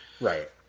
Right